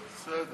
לא,